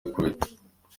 gukubita